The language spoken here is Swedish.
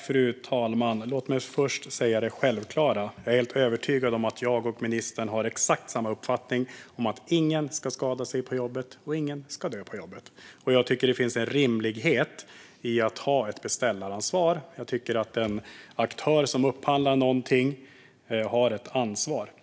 Fru talman! Låt mig först säga det självklara: Jag är helt övertygad om att jag och ministern har exakt samma uppfattning om att ingen ska skada sig på jobbet och att ingen ska dö på jobbet. Jag tycker att det finns en rimlighet i att ha ett beställaransvar och att den aktör som upphandlar någonting har ett ansvar.